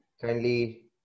kindly